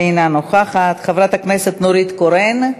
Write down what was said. אינה נוכחת, חברת הכנסת נורית קורן,